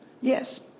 Yes